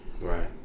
right